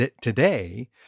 today